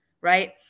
right